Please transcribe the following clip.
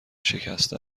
شکسته